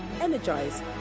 energize